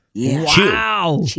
wow